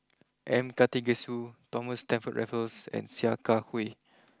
M Karthigesu Thomas Stamford Raffles and Sia Kah Hui